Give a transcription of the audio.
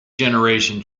generation